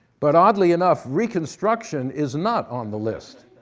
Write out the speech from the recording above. but oddly enough, reconstruction is not on the list.